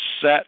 set